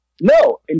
No